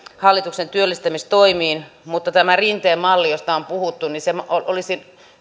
hallituksen työllistämistoimiin mutta tämä rinteen malli josta on puhuttu olisi